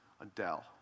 Adele